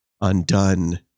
undone